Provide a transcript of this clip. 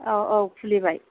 औ औ खुलिबाय